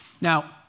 Now